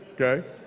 Okay